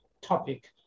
topic